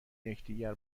یکدیگر